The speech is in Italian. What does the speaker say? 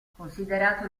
considerato